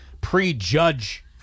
prejudge